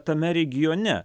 tame regione